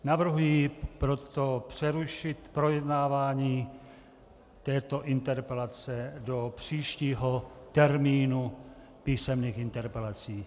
Navrhuji proto přerušit projednávání této interpelace do příštího termínu písemných interpelací.